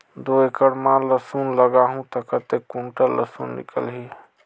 दो एकड़ मां लसुन लगाहूं ता कतेक कुंटल लसुन निकल ही?